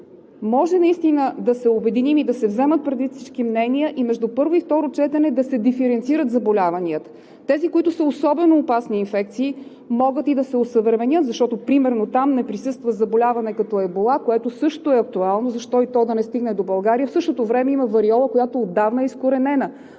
може наистина да се обединим и да се вземат предвид всички мнения и между първо и второ четене да се диференцират заболяванията. Тези, които са особено опасни инфекции, могат и да се осъвременят, защото примерно там не присъства заболяване като ебола, което също е актуално, защо и то да не стигне до България, а в същото време има вариола, която отдавна е изкоренена.